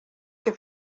que